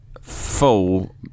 full